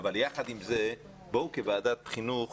יחד עם זאת, בואו כוועדת חינוך